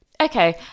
okay